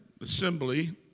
assembly